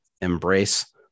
Embrace